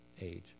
age